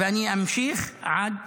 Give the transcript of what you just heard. ואני אמשיך עד